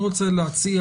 אני רוצה להציע